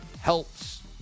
helps